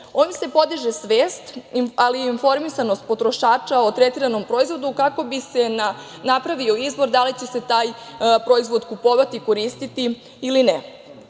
Ovim se podiže svest, ali i informisanost potrošača o tretiranom proizvodu kako bi se napravio izbor da li će se taj proizvod kupovati, koristiti ili